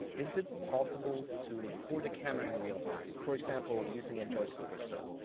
is it possible to record a camera in real time, for example, using a joystick or so?